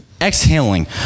exhaling